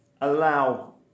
allow